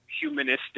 Humanistic